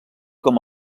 com